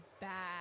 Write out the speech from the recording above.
bad